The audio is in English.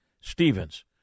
Stevens